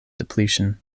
depletion